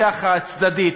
ככה, צדדית.